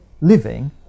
living